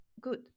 good